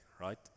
right